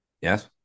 Yes